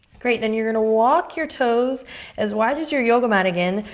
great. then you're going to walk your toes as wide as your yoga mat again.